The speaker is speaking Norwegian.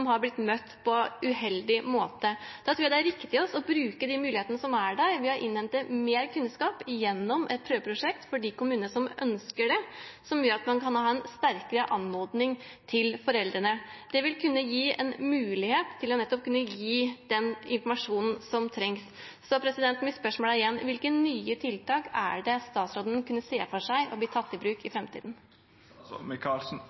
har blitt møtt på en uheldig måte. Da tror jeg det er riktig av oss å bruke de mulighetene som er der, ved å innhente mer kunnskap gjennom et prøveprosjekt for de kommunene som ønsker det, noe som gjør at man kan rette en sterkere anmodning til foreldrene. Det vil kunne gi en mulighet til å gi nettopp den informasjonen som trengs. Så mitt spørsmål er igjen: Hvilke nye tiltak er det statsråden kunne se for seg tatt i bruk i